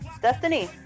Destiny